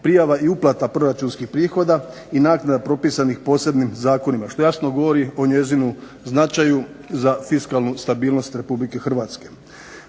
prijava i uplata proračunskih prihoda i naknada propisanih posebnim zakonima, što jasno govori o njezinu značaju za fiskalnu stabilnost RH.